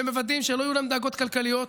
ומוודאים שלא יהיו להם דאגות כלכליות.